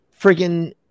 Friggin